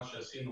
מה שעשינו